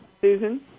Susan